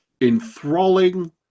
enthralling